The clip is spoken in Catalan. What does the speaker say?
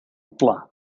pla